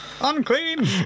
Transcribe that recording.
Unclean